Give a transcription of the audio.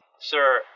Sir